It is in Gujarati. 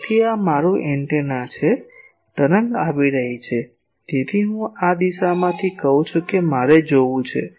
તેથી આ મારું એન્ટેના છે તરંગ આવી રહી છે તેથી હું આ દિશામાંથી કહું છું કે મારે જોવું છે